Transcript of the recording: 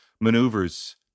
maneuvers